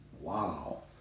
Wow